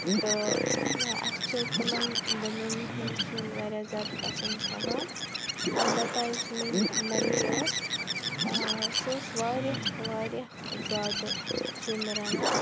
تہٕ اَسہِ چھِ تِمَن دۄنؤنی ہُنٛد سیُن واریاہ زیادٕ پَسَنٛد کھَسان اَلبَتہ یُس میٛٲنۍ ممی ٲس سۄ ٲس واریاہ واریاہ زیادٕ سیُن رَنان